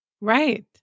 Right